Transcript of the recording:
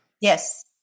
Yes